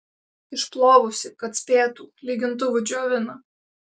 išplovusi kad spėtų lygintuvu džiovina